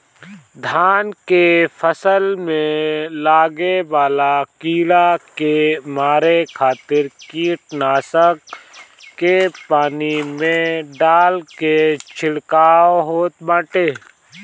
धान के फसल में लागे वाला कीड़ा के मारे खातिर कीटनाशक के पानी में डाल के छिड़काव होत बाटे